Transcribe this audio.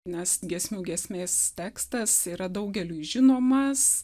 nes giesmių giesmės tekstas yra daugeliui žinomas